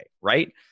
right